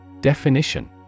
Definition